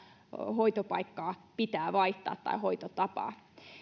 hoitopaikkaa tai hoitotapaa